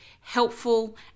helpful